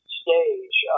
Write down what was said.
stage